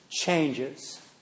changes